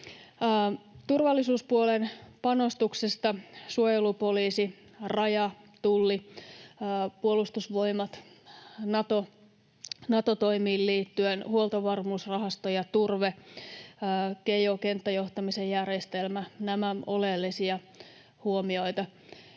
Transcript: Turvallisuuspuolen panostuksesta: suojelupoliisi, Raja, Tulli, Puolustusvoimat, Nato-toimiin liittyen Huoltovarmuusrahasto ja TUVE, Kejo, kenttäjohtamisen järjestelmä — nämä oleellisia huomioita.